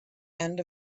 end